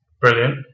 Brilliant